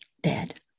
dead